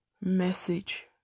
message